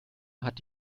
hat